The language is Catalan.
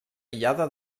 aïllada